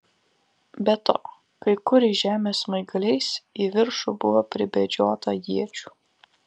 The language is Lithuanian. be to kai kur į žemę smaigaliais į viršų buvo pribedžiota iečių